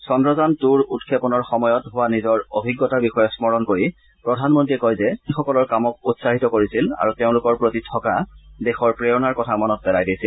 চন্দ্ৰযান টুৰ উৎক্ষেপনৰ সময়ত হোৱা নিজৰ অভিজ্ঞতাৰ বিষয়ে স্মৰণ কৰি প্ৰধানমন্ত্ৰীয়ে কয় যে তেওঁ বিজ্ঞানীসকলৰ কামক উৎসাহিত কৰিছিল আৰু তেওঁলোকৰ প্ৰতি থকা দেশৰ প্ৰেৰণাৰ কথা মনত পেলাই দিছিল